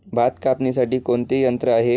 भात कापणीसाठी कोणते यंत्र आहे?